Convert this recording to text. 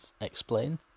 explain